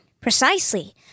Precisely